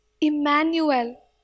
Emmanuel